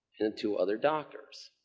and two other doctors.